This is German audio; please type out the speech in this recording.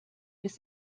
bis